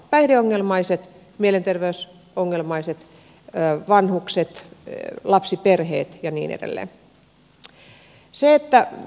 päihdeongelmaiset mielenterveysongelmaiset vanhukset lapsiperheet ja niin edelleen